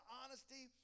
honesty